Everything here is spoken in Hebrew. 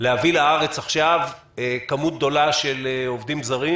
להביא לארץ עכשיו כמות גדולה של עובדים זרים,